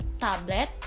tablet